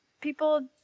people